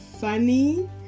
funny